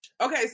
Okay